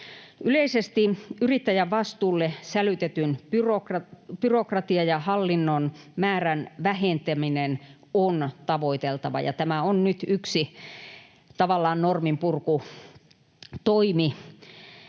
Yleisesti yrittäjän vastuulle sälytetyn byrokratian ja hallinnon määrän vähentäminen on tavoiteltavaa, ja tämä on nyt tavallaan yksi norminpurkutoimi,